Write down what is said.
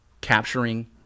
capturing